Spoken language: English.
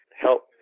help